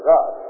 God